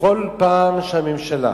בכל פעם שהממשלה